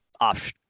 off